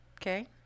Okay